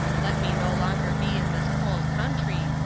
let me no longer be in this cold country,